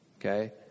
okay